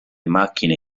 macchine